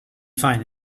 find